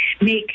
make